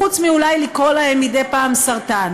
אולי חוץ מלקרוא להם מדי פעם "סרטן".